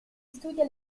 studia